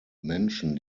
menschen